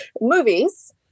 movies